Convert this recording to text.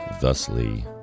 thusly